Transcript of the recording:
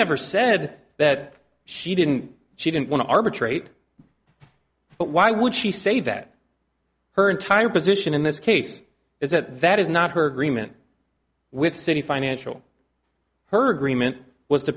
never said that she didn't she didn't want to arbitrate but why would she say that her entire position in this case is that that is not her agreement with citi financial her agreement was to